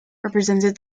represented